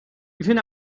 even